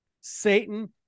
Satan